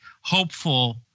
hopeful